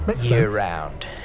year-round